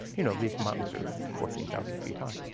you know, these mountains are fourteen thousand feet high.